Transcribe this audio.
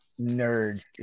nerds